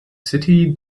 city